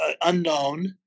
unknown